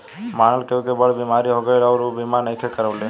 मानल केहु के बड़ बीमारी हो गईल अउरी ऊ बीमा नइखे करवले